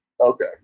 Okay